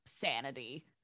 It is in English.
sanity